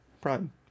Prime